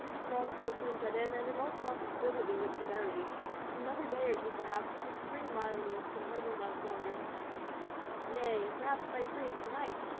frosts will soon set in, and in all probability with severity. in another day or two perhaps this extreme mildness can hardly last longer nay, perhaps it may freeze tonight!